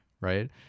right